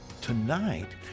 Tonight